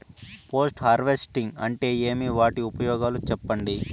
Post harvesting అంటే ఏమి? వాటి ఉపయోగాలు చెప్పండి?